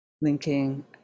linking